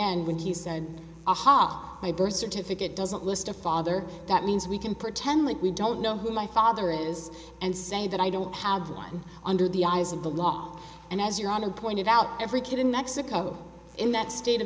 end when he said aha my birth certificate doesn't list a father that means we can pretend like we don't know who my father is and say that i don't have line under the eyes of the law and as your own and pointed out every kid in mexico in that state of